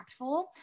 impactful